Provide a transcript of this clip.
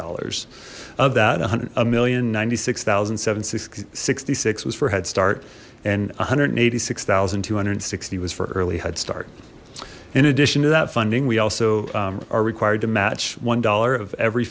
dollars of that a million ninety six thousand seven six hundred and sixty six was for headstart and one hundred and eighty six thousand two hundred sixty was for early headstart in addition to that funding we also are required to match one dollar of every